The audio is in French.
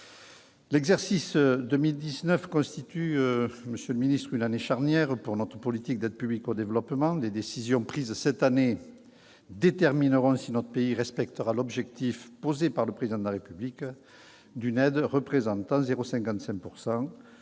L'exercice 2019 constituera une année charnière pour notre politique d'aide publique au développement : les décisions prises cette année détermineront si notre pays respectera l'objectif posé par le Président de la République d'une aide représentant 0,55